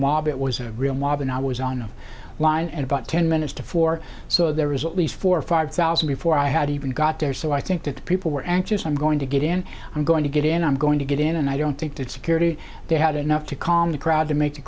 mob it was a real mob and i was on the line and about ten minutes to four so there was at least four or five thousand before i had even got there so i think that people were anxious i'm going to get in i'm going to get in i'm going to get in and i don't think that security they had enough to calm the crowd to make the